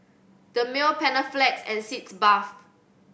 Dermale Panaflex and Sitz Bath